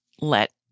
let